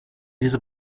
diese